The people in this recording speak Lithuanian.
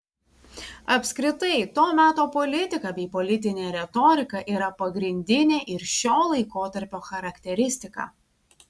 apskritai to meto politika bei politinė retorika yra pagrindinė ir šio laikotarpio charakteristika